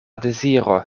deziro